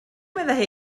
meddai